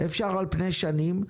אפשר על פני שנים.